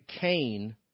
Cain